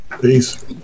Peace